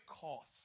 cost